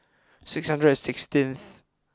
six hundred and sixteenth